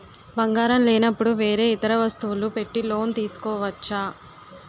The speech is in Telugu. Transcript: బంగారం లేనపుడు వేరే ఇతర వస్తువులు పెట్టి లోన్ తీసుకోవచ్చా?